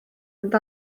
mynd